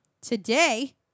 Today